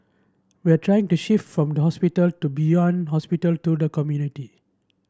we are trying to shift from the hospital to beyond hospital to the community